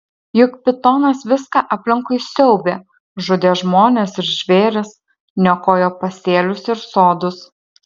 juk pitonas viską aplinkui siaubė žudė žmones ir žvėris niokojo pasėlius ir sodus